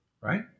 right